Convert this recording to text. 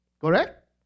Correct